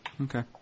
Okay